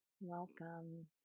welcome